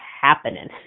happening